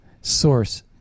source